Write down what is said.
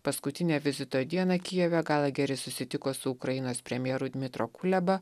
paskutinę vizito dieną kijeve galageris susitiko su ukrainos premjeru dmytro kuleba